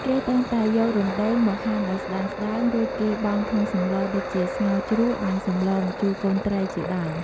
គេតែងតែយករំដេងមកហាន់ឱ្យស្តើងៗ រួចគេបង់ក្នុងសម្លដូចជា ស្ងោរជ្រក់និងសម្លម្ជូរកូនត្រីជាដើម។